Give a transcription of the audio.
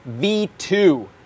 V2